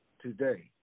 today